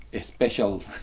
special